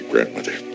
grandmother